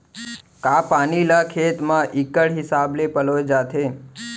का पानी ला खेत म इक्कड़ हिसाब से पलोय जाथे?